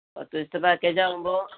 പത്ത് ദിവസത്തെ പാക്കേജാകുമ്പോള്